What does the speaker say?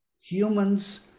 Humans